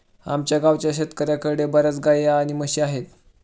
आमच्या गावाच्या शेतकऱ्यांकडे बर्याच गाई आणि म्हशी आहेत